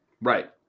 Right